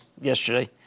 yesterday